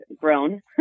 grown